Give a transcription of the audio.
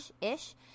Ish